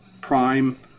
prime